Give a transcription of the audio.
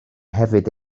hefyd